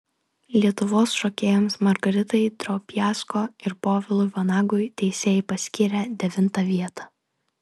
lietuvos šokėjams margaritai drobiazko ir povilui vanagui teisėjai paskyrė devintą vietą